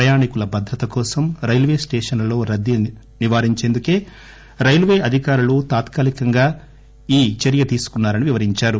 ప్రయాణీకుల భద్రత కోసం రైల్వే స్టేషన్లలో రద్దీని నివారించేందుకు రైల్వే అధికారులు తాత్కాలీకంగా ఈ చర్య తీసుకున్నారని వివరించారు